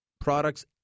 products